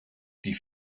die